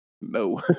no